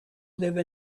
live